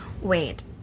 wait